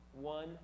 one